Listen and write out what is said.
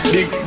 Big